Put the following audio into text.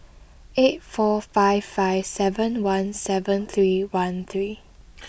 eight four five five seven one seven three one three